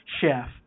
chef